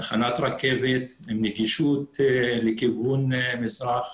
תחנת רכבת עם נגישות לכיוון מזרח,